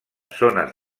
zones